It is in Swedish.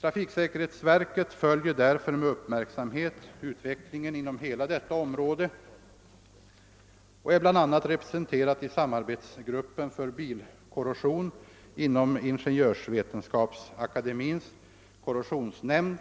Trafiksäkerhetsverket följer därför med uppmärksamhet utvecklingen inom hela detta område och är bl.a. representerat i samarbetsgruppen för bilkorrosion inom Ingeniörsvetenskapsakademiens korrosionsnämnd